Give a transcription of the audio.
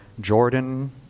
Jordan